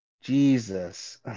Jesus